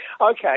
Okay